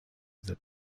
that